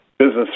business